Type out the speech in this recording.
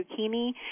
zucchini